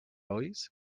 ulls